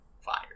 Fire